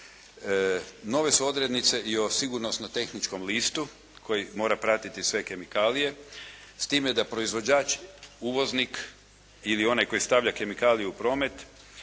Nove su odrednice i o sigurnosno-tehničkom listu koji mora pratiti sve kemikalije, s time da proizvođač, uvoznik ili onaj koji stavlja kemikaliju u promet